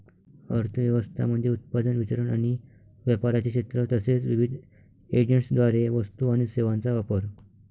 अर्थ व्यवस्था म्हणजे उत्पादन, वितरण आणि व्यापाराचे क्षेत्र तसेच विविध एजंट्सद्वारे वस्तू आणि सेवांचा वापर